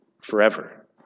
forever